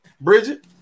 Bridget